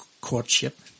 courtship